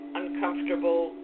uncomfortable